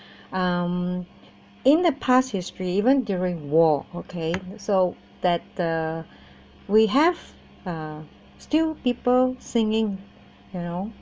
um in the past history even during war okay so that the we have uh still people singing you know